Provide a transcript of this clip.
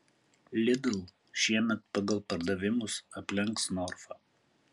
lidl šiemet pagal pardavimus aplenks norfą